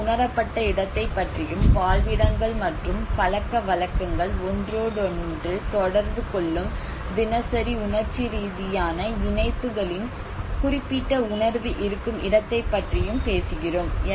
நாம் உணரப்பட்ட இடத்தைப் பற்றியும் வாழ்விடங்கள் மற்றும் பழக்கவழக்கங்கள் ஒன்றோடொன்று தொடர்பு கொள்ளும் தினசரி உணர்ச்சி ரீதியான இணைப்புகளின் குறிப்பிட்ட உணர்வு இருக்கும் இடத்தைப் பற்றியும் பேசுகிறோம்